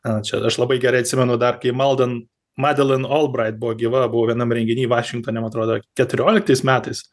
a čia aš labai gerai atsimenu dar kai malden madelen olbrait buvo gyva buvau vienam renginy vašingtone man atrodo keturiolikatis metais